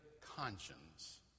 conscience